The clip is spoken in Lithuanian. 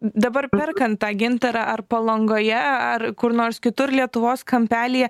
dabar perkant tą gintarą ar palangoje ar kur nors kitur lietuvos kampelyje